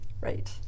Right